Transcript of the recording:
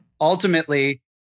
ultimately